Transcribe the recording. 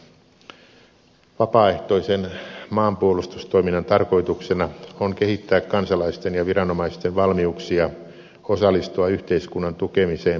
vapaaehtoisen maanpuolustustoiminnan tarkoituksena on kehittää kansalaisten ja viranomaisten valmiuksia osallistua yhteiskunnan tukemiseen poikkeusoloissa